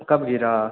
वो कब गिरा